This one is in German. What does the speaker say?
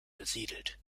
besiedelt